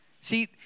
See